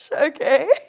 Okay